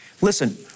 Listen